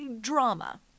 drama